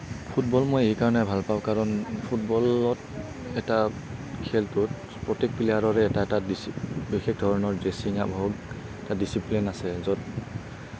football মই এইকাৰণে ভাল পাওঁ কাৰণ ফুটবলত এটা খেলটোত প্ৰত্যেক প্লেয়াৰৰে এটা এটা বিশেষ ধৰণৰ ড্ৰেছিং আপ হওক এটা ডিচিপ্লিন আছে য'ত